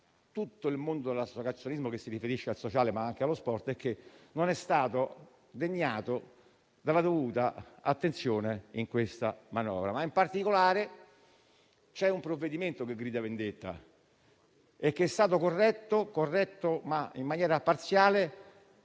il mondo dell'associazionismo riferito al sociale, sia per quanto concerne lo sport, e che non è stato degnato della dovuta attenzione in questa manovra. In particolare c'è un provvedimento che grida vendetta, che è stato corretto in maniera parziale,